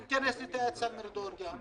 נתכנס ונתייעץ גם עם מרידור.